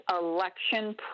election